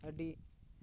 ᱟᱹᱰᱤ